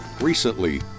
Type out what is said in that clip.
Recently